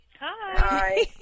Hi